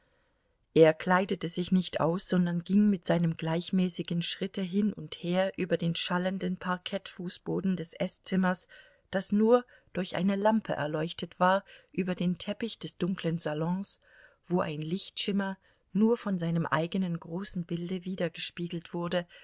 er kleidete sich nicht aus sondern ging mit seinem gleichmäßigen schritte hin und her über den schallenden parkettfußboden des eßzimmers das nur durch eine lampe erleuchtet war über den teppich des dunklen salons wo ein lichtschimmer nur von seinem eigenen großen bilde widergespiegelt wurde